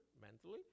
mentally